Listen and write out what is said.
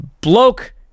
bloke